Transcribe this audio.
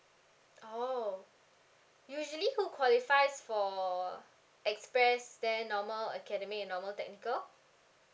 oh usually who qualifies for express then normal academic and normal technical